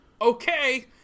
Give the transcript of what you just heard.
Okay